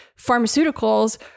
Pharmaceuticals